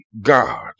God